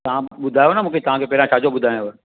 तव्हां ॿुधायो ना मूंखे तव्हां खे पहिरां छाजो ॿुधायांव